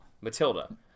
Matilda